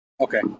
Okay